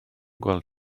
gweld